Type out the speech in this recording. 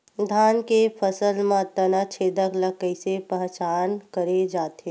धान के फसल म तना छेदक ल कइसे पहचान करे जाथे?